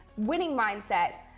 winning mindset.